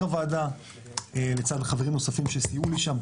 הוועדה לצד חברים נוספים שסייעו לי שם,